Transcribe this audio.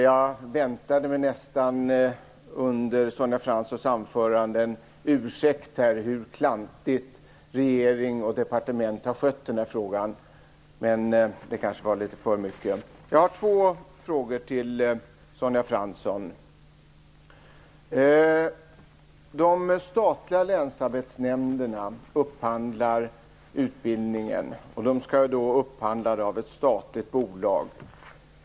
Jag väntande mig nästan under Sonja Franssons anförande en ursäkt för hur klantigt regering och departement har skött den här frågan, men det var kanske litet för mycket att hoppas på. Jag har två frågor till Sonja Fransson. De statliga länsarbetsnämnderna upphandlar utbildning och skall göra det från ett statligt bolag.